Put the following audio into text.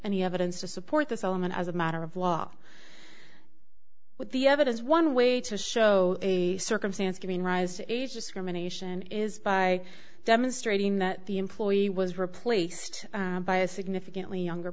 any evidence to support this element as a matter of law but the evidence one way to show a circumstance giving rise to scrim anation is by demonstrating that the employee was replaced by a significantly younger